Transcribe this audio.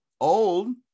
old